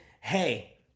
Hey